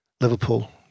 Liverpool